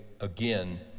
again